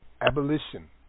Abolition